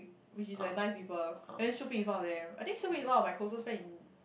which is like nine people and then Shu-Ping is one of them I think Shu-Ping is one of my closest friend in